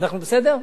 אנחנו בסדר?